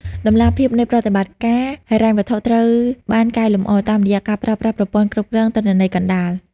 តម្លាភាពនៃប្រតិបត្តិការហិរញ្ញវត្ថុត្រូវបានកែលម្អ តាមរយៈការប្រើប្រាស់ប្រព័ន្ធគ្រប់គ្រងទិន្នន័យកណ្ដាល។